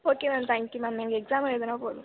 okay ma'am thank you ma'am எனக்கு exam எழுதுனால் போதும்